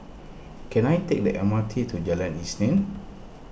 can I take the M R T to Jalan Isnin